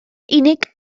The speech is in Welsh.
unig